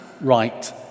right